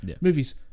movies